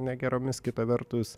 negeromis kita vertus